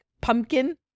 pumpkin